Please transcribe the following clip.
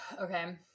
Okay